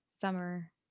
summer